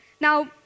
Now